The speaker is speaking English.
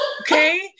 Okay